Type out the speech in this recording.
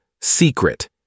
secret